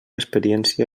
experiència